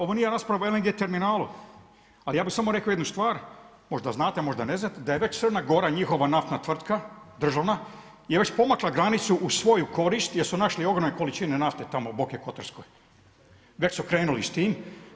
Ovo nije rasprava o LNG terminalu, ali ja bih samo rekao jednu stvar, možda znate, možda ne znate da je već Crna Gora njihova naftna tvrtka, državna je već pomakla granicu u svoju korist jer su našli ogromne količine tamo u Boki Kotorskoj, već su krenuli s tim.